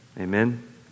Amen